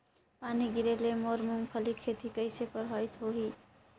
पानी गिरे ले मोर मुंगफली खेती कइसे प्रभावित होही?